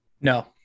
No